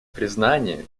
признание